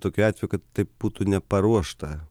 tokių atvejų kad tai būtų neparuošta